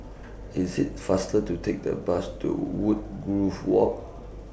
IS IT faster to Take The Bus to Woodgrove Walk